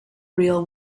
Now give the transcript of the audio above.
real